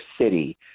city